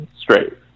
straight